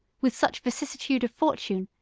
with such vicissitude of fortune,